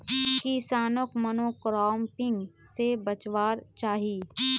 किसानोक मोनोक्रॉपिंग से बचवार चाही